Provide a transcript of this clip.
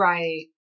Right